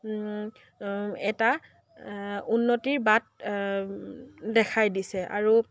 এটা উন্নতিৰ বাট দেখাই দিছে আৰু